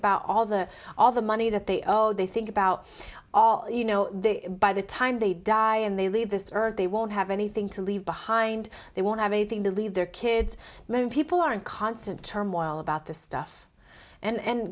about all the all the money that they owe they think about all you know they by the time they die and they leave this earth they won't have anything to leave behind they won't have anything to leave their kids most people are in constant turmoil about this stuff and